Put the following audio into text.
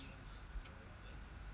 ah mm mm mm mm